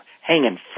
hanging